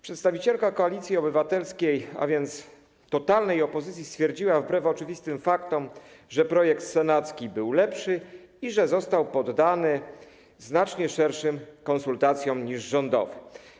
Przedstawicielka Koalicji Obywatelskiej, a więc totalnej opozycji, stwierdziła wbrew oczywistym faktom, że projekt senacki był lepszy i że został poddany znacznie szerszym konsultacjom niż rządowy.